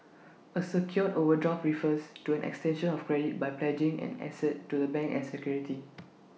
A secured overdraft refers to an extension of credit by pledging an asset to the bank as security